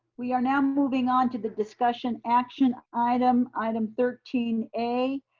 we are now moving on to the discussion action item, item thirteen a,